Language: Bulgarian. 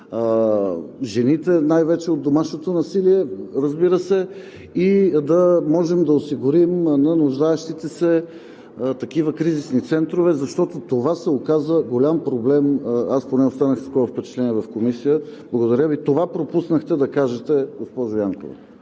жените най-вече от домашното насилие, разбира се, да можем да осигурим на нуждаещите се такива кризисни центрове. Това се оказа голям проблем, аз поне останах с такова впечатление в Комисията. Благодаря Ви. Това пропуснахте да кажете, госпожо Янкова.